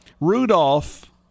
Rudolph